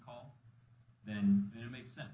call then it makes sense